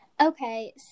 okay